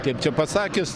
kaip čia pasakius